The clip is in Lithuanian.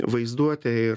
vaizduotę ir